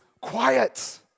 quiet